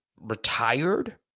retired